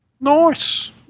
Nice